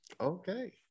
Okay